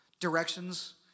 directions